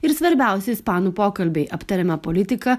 ir svarbiausi ispanų pokalbiai aptariama politika